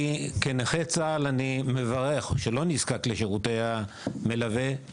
כנכה צה"ל שלא נזקק לשירותי המלווה,